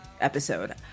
episode